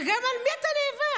וגם על מי אתה נאבק?